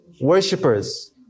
worshippers